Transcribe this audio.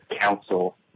council